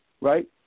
right